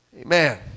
amen